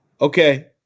Okay